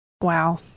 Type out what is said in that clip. Wow